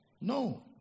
No